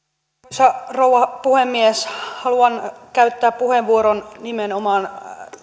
arvoisa rouva puhemies haluan käyttää puheenvuoron nimenomaan